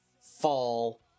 Fall